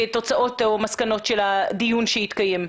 כתוצאות או מסקנות של הדיון שיתקיים.